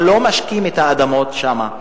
אבל לא משקים את האדמות שם,